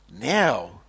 Now